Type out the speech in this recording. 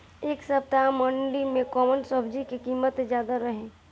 एह सप्ताह मंडी में कउन सब्जी के कीमत ज्यादा रहे?